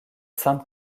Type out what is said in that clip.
sainte